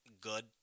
good